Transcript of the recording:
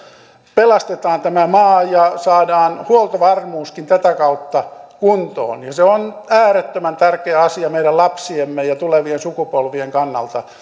pelastetaan tämä maa ja saadaan huoltovarmuuskin tätä kautta kuntoon se on äärettömän tärkeä asia meidän lapsiemme ja tulevien sukupolvien kannalta